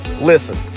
Listen